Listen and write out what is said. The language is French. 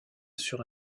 sur